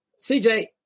CJ